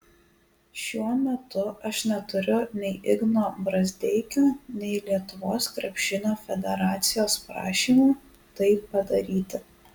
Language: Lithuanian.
šiuo metu aš neturiu nei igno brazdeikio nei lietuvos krepšinio federacijos prašymo tai padaryti